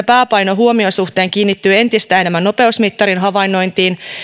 pääpaino liikennekäyttäytymisen huomioinnissa kiinnittyy entistä enemmän nopeusmittarin havainnointiin